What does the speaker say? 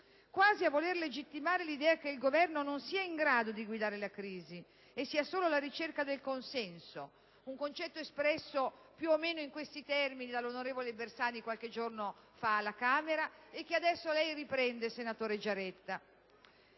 Quasi a voler legittimare l'idea che il Governo non sia in grado di guidare la crisi e sia solo alla ricerca del consenso. Un concetto espresso più o meno in questi termini dall'onorevole Bersani qualche giorni fa alla Camera dei deputati e che adesso lei riprende, senatore Giaretta.